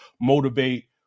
motivate